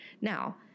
Now